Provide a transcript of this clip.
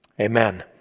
Amen